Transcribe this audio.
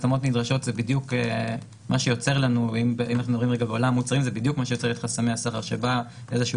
התאמות נדרשות זה בדיוק מה שיוצר את חסמי --- כשבא איזשהו